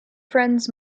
friends